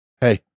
Hey